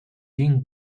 yin